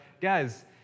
guys